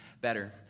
better